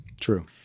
True